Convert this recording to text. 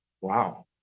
wow